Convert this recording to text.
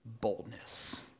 boldness